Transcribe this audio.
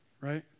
right